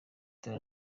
dore